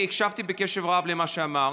אני הקשבתי בקשב רב למה שאמרת.